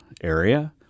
area